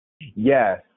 yes